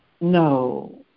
No